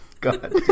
God